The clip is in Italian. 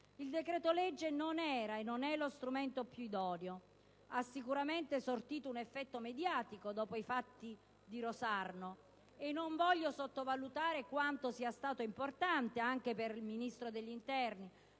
Il decreto-legge non era e non è lo strumento più idoneo. Ha sicuramente sortito un effetto mediatico dopo i fatti di Rosarno, e non voglio sottovalutare quanto sia stato importante anche per il Ministro dell'interno,